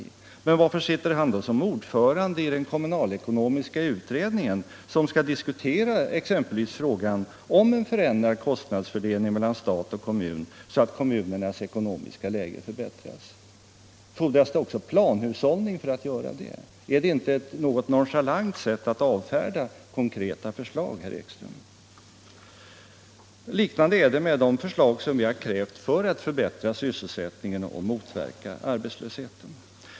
Men själv sitter han ju som ordförande i den kommunalekonomiska utredningen, som skall diskutera frågan om en förändrad kostnadsfördelning mellan stat och kommun för att kommunernas ekonomiska läge skall förbättras. Fordras det planhushållning också för att göra det? Är det inte ett något nonchalant sätt att avfärda konkreta förslag, herr Ekström? Liknande är det med de förslag som vi har lagt fram för att förbättra sysselsättningen och motverka arbetslösheten.